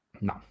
No